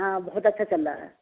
ہاں بہت اچھا چل رہا ہے